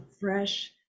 fresh